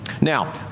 Now